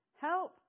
Help